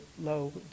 low